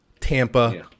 Tampa